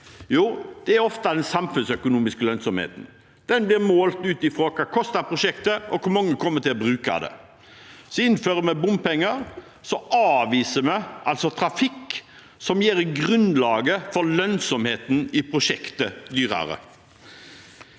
Jo, det er ofte den samfunnsøkonomiske lønnsomheten. Den blir målt ut fra hva prosjektet koster, og hvor mange som kommer til å bruke det. Så innfører vi bompenger, og så avviser vi altså trafikk, noe som gjør grunnlaget for lønnsomheten i prosjektet dyrere.